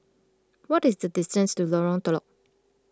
what is the distance to Lorong Telok